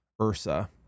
Ursa